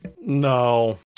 No